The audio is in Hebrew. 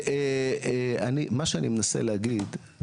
מה שאני מנסה להגיד,